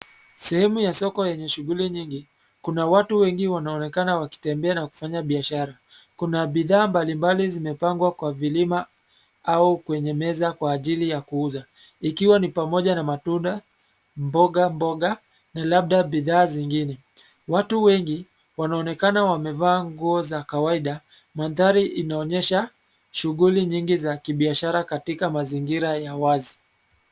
Sehemu ya soko yenye shughuli nyingi, kuna watu wengi wanaonekana wakitembea na kufanya biashara, kuna bidhaa mbali mbali zimepangwa kwa vilima, au kwenye meza kwa ajili ya kuuza, ikiwa ni pamoja na matunda, mboga mboga, na labda bidhaa zingine, watu wengi, wanaonekana wamevaa nguo za kawaida, mandhari inaonyesha, shughuli nyingi za kibiashara katika mazingira ya wazi.